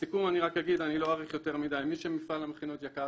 לסיכום אגיד שמי שמפעל המכינות יקר